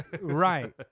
right